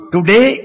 Today